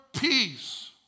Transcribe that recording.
peace